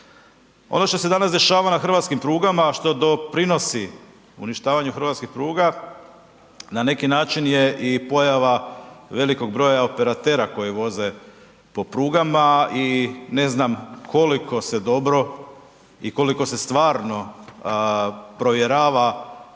Ono što se danas dešava na hrvatskim prugama što doprinosi uništavanju hrvatskih pruga na neki način je i pojava velikog broja operatera koji voze po prugama i ne znam koliko se dobro i koliko se stvarno provjerava